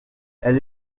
elle